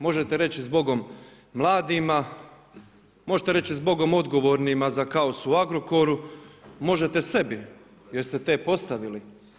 Možete reći zbogom mladima, možete reći zbogom odgovornima za kaos u Agrokoru, možete sebi jer ste te postavili.